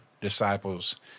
disciples